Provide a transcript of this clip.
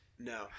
No